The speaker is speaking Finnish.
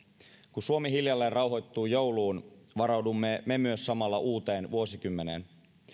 kun suomi hiljalleen rauhoittuu jouluun varaudumme me myös samalla uuteen vuosikymmeneen